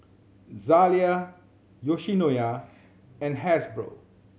Zalia Yoshinoya and Hasbro